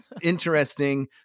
interesting